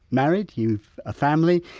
married, you've a family,